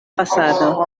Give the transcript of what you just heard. fasado